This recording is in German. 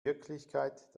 wirklichkeit